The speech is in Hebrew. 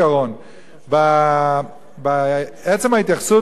בעצם ההתייחסות לילדים ונוער,